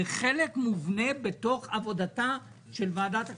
זה חלק מובנה בעבודתה של ועדת הכספים.